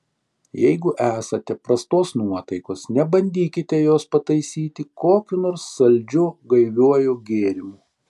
jeigu esate prastos nuotaikos nebandykite jos pataisyti kokiu nors saldžiu gaiviuoju gėrimu